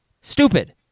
Stupid